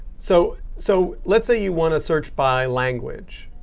so so let's say you want to search by language.